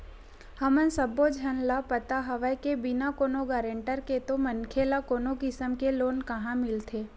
हमन सब्बो झन ल पता हवय के बिना कोनो गारंटर के तो मनखे ल कोनो किसम के लोन काँहा मिलथे